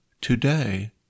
Today